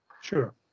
Sure